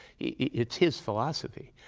yeah it's his philosophy,